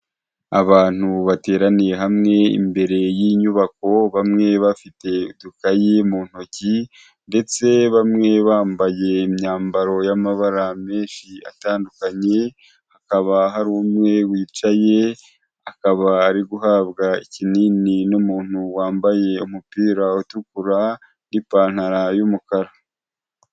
Abantu bateraniye hamwe imbere y'inyubako bamwe bafite udukayi mu ntoki ndetse bamwe bambaye imyambaro y'amabara menshi atandukanye, hakaba hari umwe wicaye akaba ari guhabwa ikinini n'umuntu wambaye umupira utukura n'ipantaro y'umukara.